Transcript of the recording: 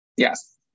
Yes